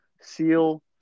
seal